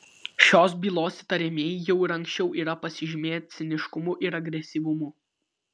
šios bylos įtariamieji jau ir anksčiau yra pasižymėję ciniškumu ir agresyvumu